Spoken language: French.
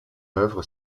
œuvre